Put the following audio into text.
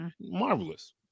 marvelous